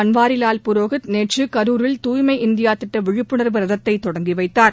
பன்வாரிலால் புரோஹித் நேற்று கரூரில் தூய்மை இந்தியா திட்ட விழிப்புணர்வு ரதத்தை தொடங்கி வைத்தார்